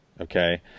Okay